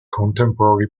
contemporary